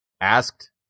Asked